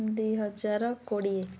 ଦୁଇ ହଜାର କୋଡ଼ିଏ